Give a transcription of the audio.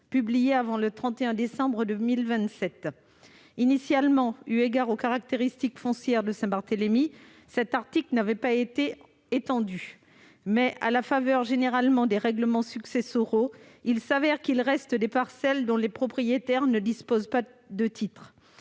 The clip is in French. publiés avant le 31 décembre 2027. Initialement, eu égard aux caractéristiques foncières de Saint-Barthélemy, cet article ne lui avait pas été étendu. Mais, à la faveur des règlements successoraux, il apparaît en général qu'il reste des parcelles dont les propriétaires ne disposent pas de titre.